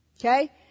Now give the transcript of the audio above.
Okay